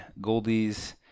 Goldies